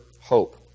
hope